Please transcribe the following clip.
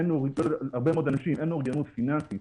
להרבה מאוד אנשים אין אוריינות פיננסית,